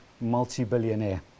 multi-billionaire